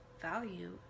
value